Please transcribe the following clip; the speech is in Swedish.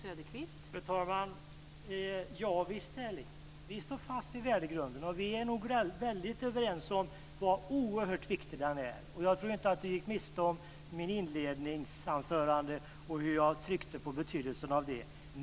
Fru talman! Javisst, Erling, vi står fast vid värdegrunden. Vi är nog väldigt överens om hur oerhört viktig den är. Jag tror inte att Erling Wälivaara gick miste om hur jag i mitt inledningsanförande tryckte på betydelsen av den.